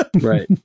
right